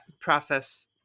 process